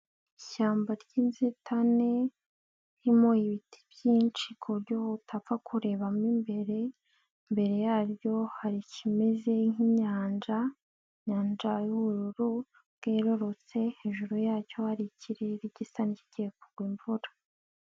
ishyamba ry'ininzitane ririmo ibiti byinshi ku buryo utapfa kurebamo imbere, mbere yaryo hari ikimeze nk'inyanja, inyanja y'ubururu bwerurutse hejuru yacyo hari ikirere gisa nk'ikigiye kugwa imvura.